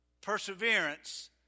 perseverance